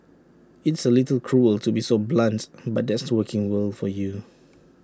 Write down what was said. it's A little cruel to be so blunt but that's the working world for you